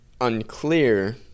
unclear